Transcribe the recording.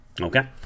Okay